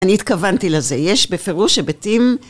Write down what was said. אני התכוונתי לזה, יש בפירוש היבטים